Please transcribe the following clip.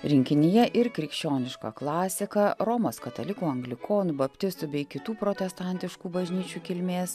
rinkinyje ir krikščioniška klasika romos katalikų anglikonų baptistų bei kitų protestantiškų bažnyčių kilmės